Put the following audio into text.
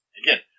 again